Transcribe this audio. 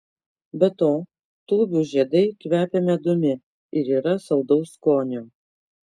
be to tūbių žiedai kvepia medumi ir yra saldaus skonio